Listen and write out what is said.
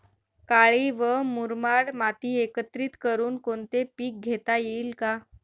काळी व मुरमाड माती एकत्रित करुन कोणते पीक घेता येईल का?